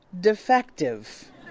defective